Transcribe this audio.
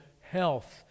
health